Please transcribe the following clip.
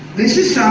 this is